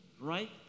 right